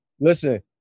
listen